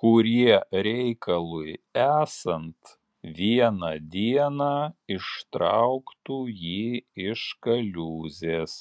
kurie reikalui esant vieną dieną ištrauktų jį iš kaliūzės